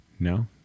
No